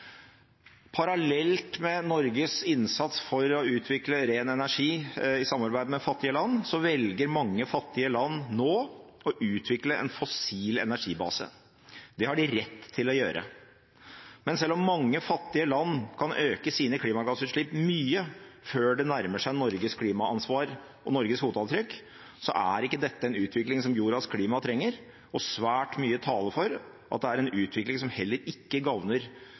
Parallelt med Norges innsats for å utvikle ren energi i samarbeid med fattige land velger mange fattige land nå å utvikle en fossil energibase. Det har de rett til å gjøre. Men selv om mange fattige land kan øke sine klimagassutslipp mye før det nærmer seg Norges klimaansvar og Norges fotavtrykk, er ikke dette en utvikling som jordas klima trenger, og svært mye taler for at det er en utvikling som heller ikke